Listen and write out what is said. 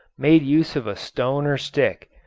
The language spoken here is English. made use of a stone or stick.